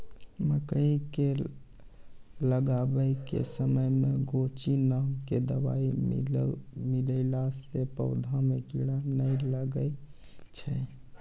मकई के लगाबै के समय मे गोचु नाम के दवाई मिलैला से पौधा मे कीड़ा नैय लागै छै?